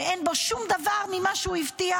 שאין בו שום דבר ממה שהוא הבטיח?